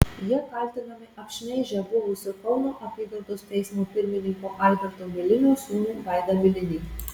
jie kaltinami apšmeižę buvusio kauno apygardos teismo pirmininko alberto milinio sūnų vaidą milinį